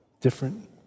different